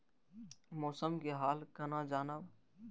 मौसम के हाल केना जानब?